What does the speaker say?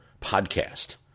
podcast